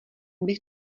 bych